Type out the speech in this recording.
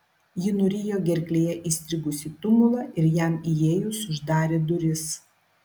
ji nurijo gerklėje įstrigusį tumulą ir jam įėjus uždarė duris